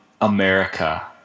America